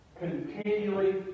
continually